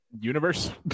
universe